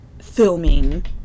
filming